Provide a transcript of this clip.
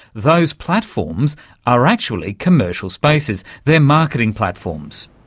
those platforms are actually commercial spaces, they're marketing platforms.